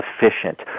efficient